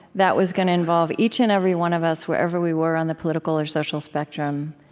that was gonna involve each and every one of us, wherever we were on the political or social spectrum,